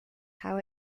how